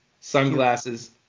Sunglasses